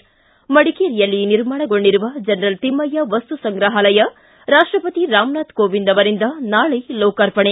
್ಕೆ ಮಡಿಕೇರಿಯಲ್ಲಿ ನಿರ್ಮಾಣಗೊಂಡಿರುವ ಜನರಲ್ ತಿಮ್ಮಯ್ಯ ವಸ್ತು ಸಂಗ್ರಹಾಲಯ ರಾಷ್ಟಪತಿ ರಾಮನಾಥ್ ಕೋವಿಂದ್ ಅವರಿಂದ ನಾಳೆ ಲೋಕಾರ್ಪಣೆ